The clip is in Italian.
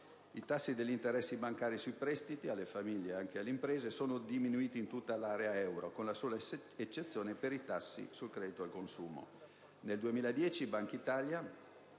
I tassi degli interessi bancari sui prestiti alle famiglie e anche alle imprese sono diminuiti in tutta l'area euro, con la sola eccezione per i tassi sul credito al consumo. Nel 2010 Bankitalia